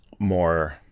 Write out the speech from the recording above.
more